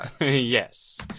Yes